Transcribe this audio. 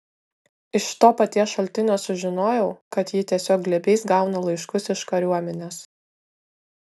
iš to paties šaltinio sužinojau kad ji tiesiog glėbiais gauna laiškus iš kariuomenės